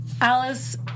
Alice